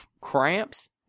cramps